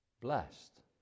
blessed